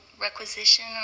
requisition